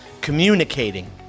communicating